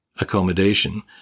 Accommodation